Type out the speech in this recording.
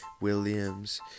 Williams